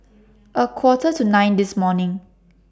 A Quarter to nine This morning